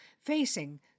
facing